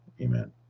Amen